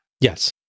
Yes